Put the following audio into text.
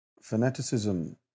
fanaticism